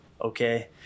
Okay